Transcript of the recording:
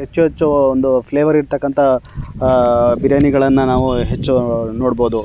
ಹೆಚ್ಚು ಹೆಚ್ಚು ಒಂದು ಫ್ಲೇವರ್ ಇರ್ತಕ್ಕಂಥ ಬಿರಿಯಾನಿಗಳನ್ನು ನಾವು ಹೆಚ್ಚು ನೋಡ್ಬೋದು